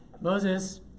Moses